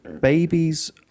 babies